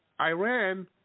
Iran